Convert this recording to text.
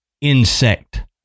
insect